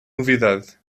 novidade